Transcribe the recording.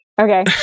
Okay